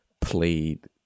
played